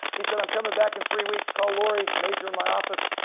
he said, i'm coming back in three weeks. call laurie major in my office,